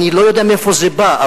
אני לא יודע מאיפה זה בא,